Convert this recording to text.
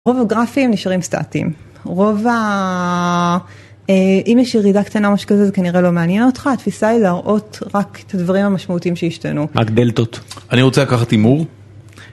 רוב הגרפים נשארים סטטים, רוב ה..אם יש ירידה קטנה או משהו כזה, זה כנראה לא מעניין אותך, התפיסה היא להראות רק את הדברים המשמעותיים שהשתנו. -רק דלתות -אני רוצה לקחת הימור.